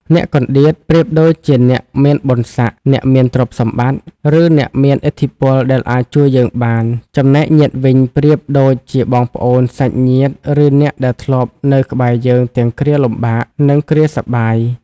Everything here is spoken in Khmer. អ្នកកន្តៀត ប្រៀបដូចជាអ្នកមានបុណ្យស័ក្តិ អ្នកមានទ្រព្យសម្បត្តិ ឬអ្នកមានឥទ្ធិពលដែលអាចជួយយើងបាន ចំណែក ញាតិ វិញប្រៀបដូចជាបងប្អូន សាច់ញាតិ ឬអ្នកដែលធ្លាប់នៅក្បែរយើងទាំងគ្រាលំបាក និងគ្រាសប្បាយ។